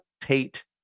Tate